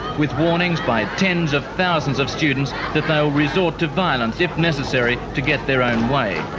with warnings by tens of thousands of students that they'll resort to violence if necessary, to get their own way.